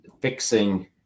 fixing